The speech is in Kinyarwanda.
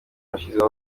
bashyizemo